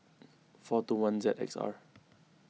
four two one Z X R